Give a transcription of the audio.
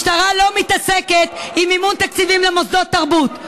משטרה לא מתעסקת במימון ותקציבים למוסדות תרבות.